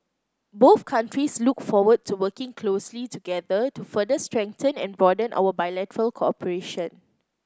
both countries look forward to working closely together to further strengthen and broaden our bilateral cooperation